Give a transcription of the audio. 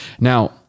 Now